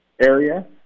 area